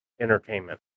entertainment